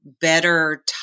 better